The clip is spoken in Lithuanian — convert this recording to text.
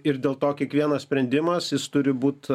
ir dėl to kiekvienas sprendimas jis turi būt